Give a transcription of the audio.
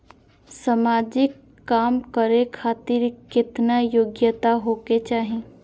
समाजिक काम करें खातिर केतना योग्यता होके चाही?